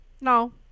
No